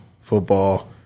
football